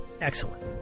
excellent